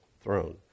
throne